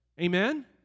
Amen